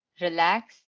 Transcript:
relax